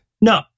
No